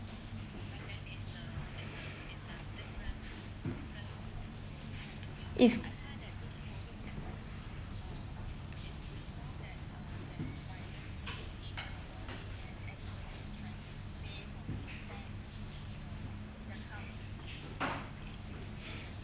it's